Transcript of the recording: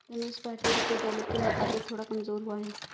रमेश भारतीय रुपया डॉलर के मुकाबले थोड़ा कमजोर हुआ है